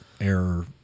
error